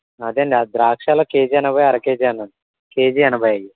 అదేండి ద్రాక్ష కేజీ ఎనభై అర కేజీ అన్నాను కేజీ ఎనభై